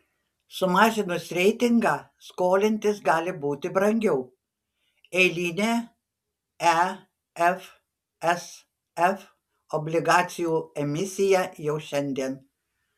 sumažinus reitingą skolintis gali būti brangiau eilinė efsf obligacijų emisija jau šiandien